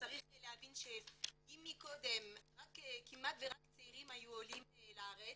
שצריך להבין שאם מקודם כמעט ורק צעירים היו עולים לארץ,